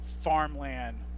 farmland